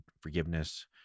forgiveness